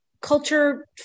culture